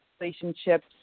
relationships